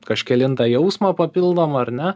kažkelintą jausmą papildomą ar ne